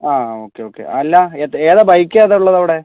അ okay okay അല്ല ഏതാ bike ഏതാണ് ഉള്ളത് അവിടെ